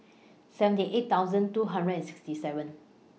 seventy eight thousand two hundred and sixty seven